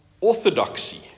orthodoxy